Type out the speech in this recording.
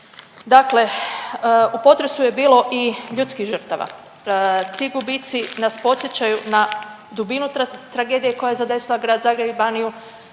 Dakle u potresu je bilo i ljudskih žrtava. Ti gubici nas podsjećaju na dubinu tragedije koja je zadesila grad Zagreb i Baniju,